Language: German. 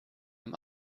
ihm